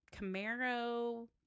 Camaro